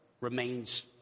remains